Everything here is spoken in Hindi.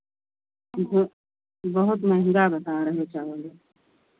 जो बहुत महंगा बता रहे हो चावल जो